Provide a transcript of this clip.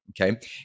okay